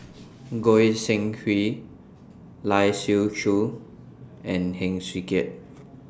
Goi Seng Hui Lai Siu Chiu and Heng Swee Keat